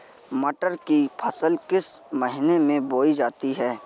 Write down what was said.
मटर की फसल किस महीने में बोई जाती है?